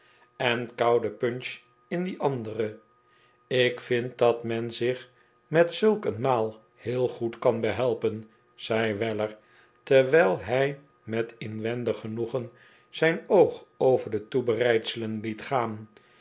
en koude punch in die andere ik vind dat men zich met zulk een maal heel goed kan behelpen zei weller terwijl hij met inwendig genoegen zijn oog over de toebereidselen liet gaan